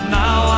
now